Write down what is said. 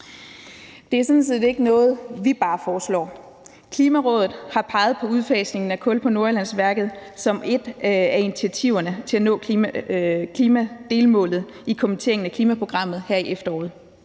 Det er sådan set ikke noget, vi bare foreslår. Klimarådet har peget på udfasningen af kul på Nordjyllandsværket som et af initiativerne til at nå klimadelmålet i kommenteringen af klimaprogrammet her i efteråret.